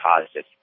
positive